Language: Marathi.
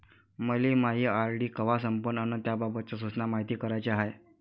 मले मायी आर.डी कवा संपन अन त्याबाबतच्या सूचना मायती कराच्या हाय